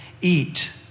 eat